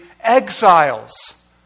exiles